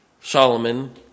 Solomon